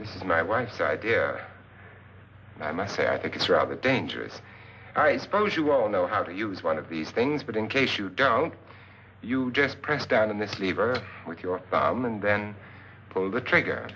coffin is my wife's idea i might say i think it's rather dangerous i suppose you all know how to use one of these things but in case you don't you just press down on this lever with your thumb and then pull the trigger